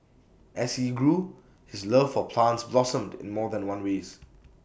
as he grew his love for plants blossomed in more than one ways